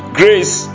grace